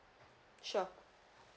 sure